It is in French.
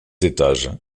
étages